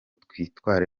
twitware